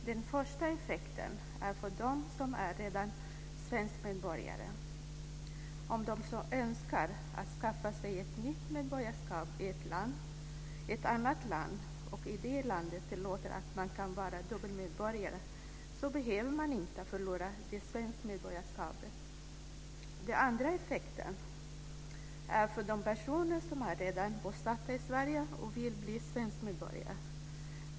Den första effekten gäller dem som redan är svenska medborgare. Om de önskar att skaffa sig ett nytt medborgarskap i ett annat land, och i det landet tillåts att man kan ha dubbelt medborgarskap, behöver man inte förlora sitt svenska medborgarskap. Den andra effekten gäller de personer som redan är bosatta i Sverige och vill bli svenska medborgare.